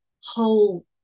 whole